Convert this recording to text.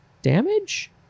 damage